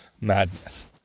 Madness